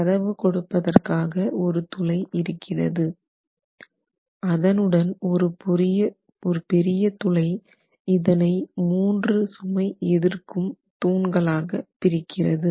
கதவு கொடுப்பதற்காக ஒரு துளை இருக்கிறது அதனுடன் ஒரு பெரிய துளை இதனை 3 சுமை எதிர்க்கும் தூண்களாக பிரிக்கிறது